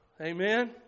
Amen